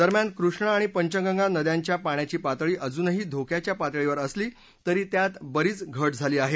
दरम्यान कृष्णा आणि पंचगंगा नद्यांच्या पाण्याची पातळी अजूनही धोक्याच्या पातळीवर असली तरी त्यात बरीच घट झाली आहे